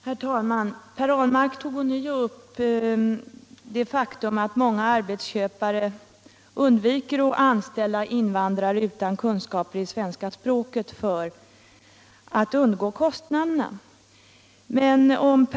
Herr talman! Per Ahlmark tog ånyo upp det faktum att många arbetsköpare undviker att anställa invandrare utan kunskaper i svenska språket för att undgå kostnaderna.